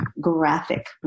graphic